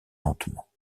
lentement